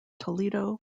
toledo